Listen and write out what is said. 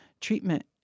treatment